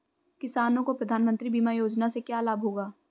किसानों को प्रधानमंत्री बीमा योजना से क्या लाभ होगा?